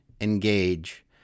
engage